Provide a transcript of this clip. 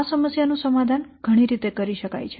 આ સમસ્યા નું સમાધાન ઘણી રીતે કરી શકાય છે